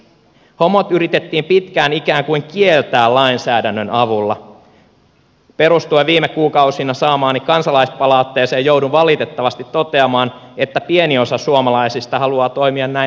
homot yritettiin pitkään ikään kuin kieltää lainsäädännön avulla perustuen viime kuukausina saamaani kansalaispalautteeseen joudun valitettavasti toteamaan että pieni osa suomalaisista haluaa toimia näin edelleen